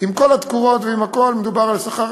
עם כל התקורות ועם הכול, מדובר על שכר